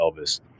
Elvis